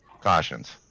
cautions